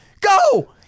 go